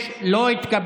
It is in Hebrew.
46 לא התקבלה.